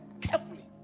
carefully